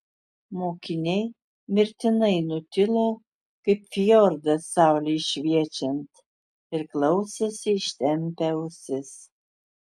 mokiniai mirtinai nutilo kaip fjordas saulei šviečiant ir klausėsi ištempę ausis